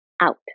out